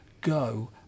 go